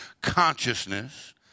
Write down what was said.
consciousness